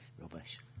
Rubbish